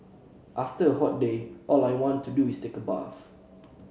after a hot day all I want to do is take a bath